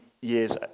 years